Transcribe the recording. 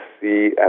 see